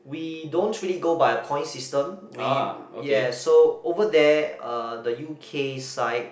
we don't really go by a point system we yes so over there uh the U_K side